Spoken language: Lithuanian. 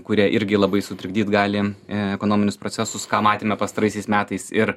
kurie irgi labai sutrikdyt gali ekonominius procesus ką matėme pastaraisiais metais ir